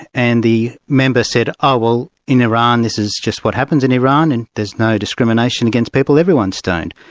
and the member said, oh well, in iran this is just what happens in iran and there's no discrimination against people, everyone's stoned.